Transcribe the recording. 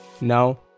Now